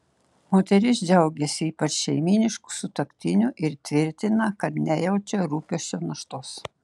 moteris džiaugiasi ypač šeimynišku sutuoktiniu ir tvirtina kad nejaučia rūpesčių naštos